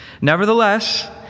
Nevertheless